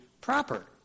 proper